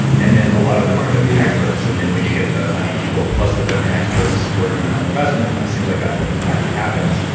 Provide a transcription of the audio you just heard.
and then a lot of them are domain experts, and then when you get the money people plus the domain experts working on an investment, that seems like that's when magic happens.